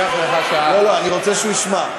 לוקח לך, לא, לא, אני רוצה שהוא ישמע.